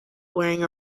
wearing